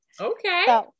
Okay